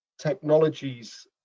technologies